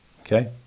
Okay